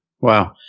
Wow